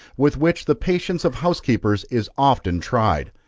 with which the patience of housekeepers is often tried.